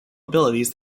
abilities